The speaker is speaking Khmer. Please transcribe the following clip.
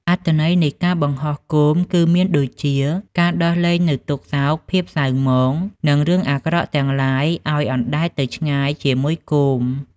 អត្ថន័យនៃការបង្ហោះគោមគឺមានដូចជា ការដោះលែងនូវទុក្ខសោក ភាពសៅហ្មង និងរឿងអាក្រក់ទាំងឡាយឲ្យអណ្តែតទៅឆ្ងាយជាមួយគោម។